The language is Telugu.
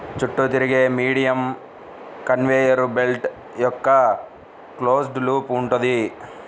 చుట్టూ తిరిగే మీడియం కన్వేయర్ బెల్ట్ యొక్క క్లోజ్డ్ లూప్ ఉంటుంది